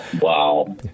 Wow